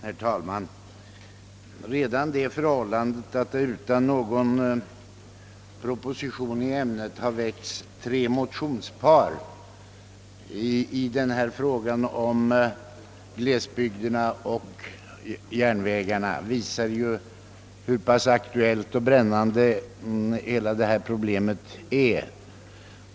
Herr talman! Redan det förhållandet att det utan någon proposition i ämnet har väckts tre motionspar i denna fråga om glesbygderna och järnvägarna visar hur pass aktuellt och brännande hela detta problem är.